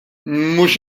mhux